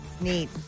Neat